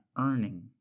earning